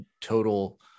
total